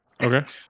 Okay